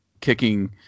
kicking